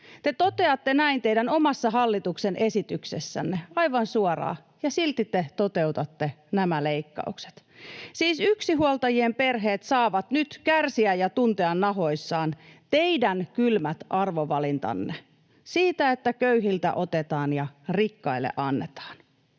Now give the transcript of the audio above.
Te toteatte näin teidän omassa hallituksen esityksessänne aivan suoraan, ja silti te toteutatte nämä leikkaukset. Siis yksinhuoltajien perheet saavat nyt kärsiä ja tuntea nahoissaan teidän kylmät arvovalintanne siitä, että köyhiltä otetaan ja rikkaille annetaan.